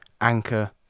Anchor